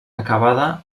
acabada